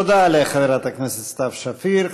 תודה לחברת הכנסת סתיו שפיר.